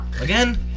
again